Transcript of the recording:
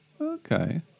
Okay